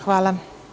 Hvala.